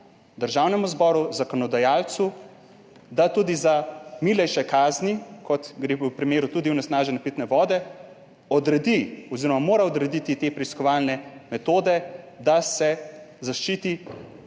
Državnemu zboru, zakonodajalcu, da tudi za milejše kazni, kot gre v primeru tudi onesnažene pitne vode, odredi oziroma mora odrediti te preiskovalne metode, da se zaščiti